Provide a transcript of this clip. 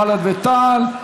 בל"ד ותע"ל):